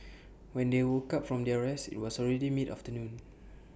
when they woke up from their rest IT was already midafternoon